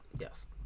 yes